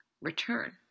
return